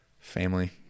family